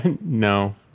No